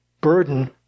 burden